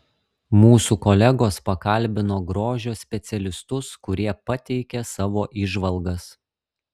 mūsų kolegos pakalbino grožio specialistus kurie pateikė savo įžvalgas